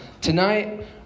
tonight